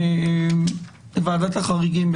ועדת החריגים,